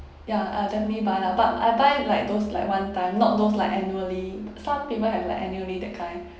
ya uh then may buy ah but I buy like those like one time not those like annually some people have like annually that kind